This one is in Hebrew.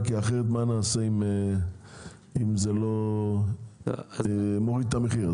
כי אחרת מה נעשה אם זה לא מוריד את המחיר,